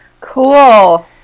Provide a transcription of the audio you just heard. Cool